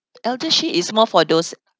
eldershield is more for those